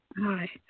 Hi